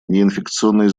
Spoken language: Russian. неинфекционные